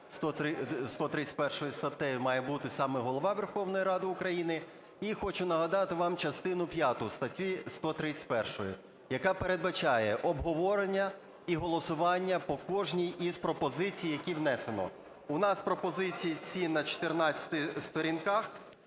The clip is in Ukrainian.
131 статтею має бути саме Голова Верховної Ради України. І хочу нагадати вам частину п'яту статті 131, яка передбачає обговорення і голосування по кожній із пропозицій, які внесено. У нас пропозиції ці на чотирнадцяти